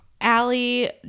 Allie